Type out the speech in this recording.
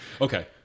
okay